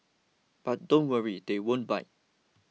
but don't worry they won't bite